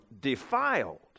defiled